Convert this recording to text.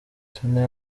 tony